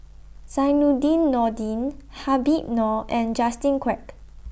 Zainudin Nordin Habib Noh and Justin Quek